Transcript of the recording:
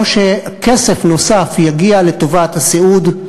או שכסף נוסף יגיע לטובת הסיעוד,